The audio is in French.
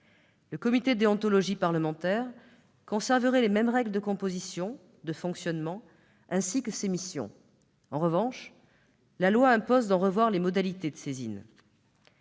Le comité de déontologie parlementaire garderait les mêmes règles de composition et de fonctionnement, ainsi que ses missions. En revanche, la loi impose de revoir ses modalités de saisine.